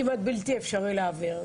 כמעט בלתי אפשרי להעביר.